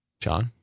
John